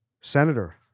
senator